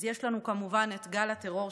אז יש לנו כמובן את גל הטרור,